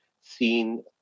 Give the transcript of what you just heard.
seen